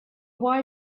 why